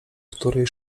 której